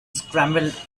scrambled